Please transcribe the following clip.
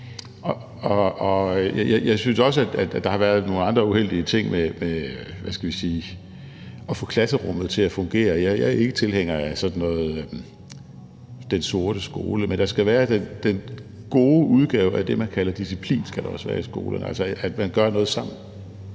Jeg synes også, at der har været nogle andre uheldige ting med, hvad skal vi sige, at få klasserummet til at fungere. Jeg er ikke tilhænger af den sorte skole, men der skal være den gode udgave af det, man kalder disciplin – det skal også være i skolen – altså at man gør noget sammen.